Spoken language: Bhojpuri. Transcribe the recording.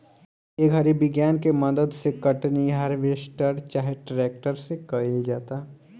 ए घड़ी विज्ञान के मदद से कटनी, हार्वेस्टर चाहे ट्रेक्टर से कईल जाता